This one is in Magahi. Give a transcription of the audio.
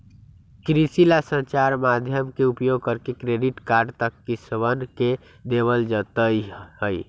कृषि ला संचार माध्यम के उपयोग करके क्रेडिट कार्ड तक किसनवन के देवल जयते हई